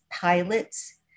pilots